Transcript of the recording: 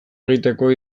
egiteko